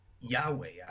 Yahweh